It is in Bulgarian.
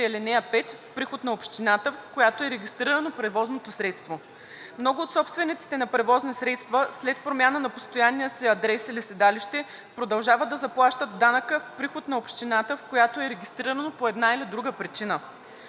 54, ал. 5, в приход на общината, в която е регистрирано превозното средство.“ Много от собствениците на превозни средства след промяна на постоянния си адрес или седалище продължават да заплащат данъка в приход на общината, в която е регистрирано по една или друга причина.